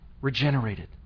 regenerated